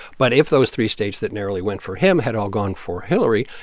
but if those three states that narrowly went for him had all gone for hillary,